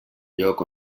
lloc